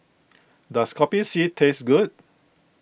does Kopi C taste good